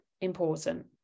important